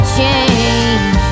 change